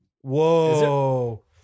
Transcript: Whoa